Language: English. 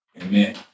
Amen